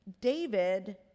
David